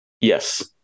yes